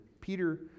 Peter